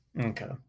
Okay